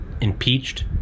impeached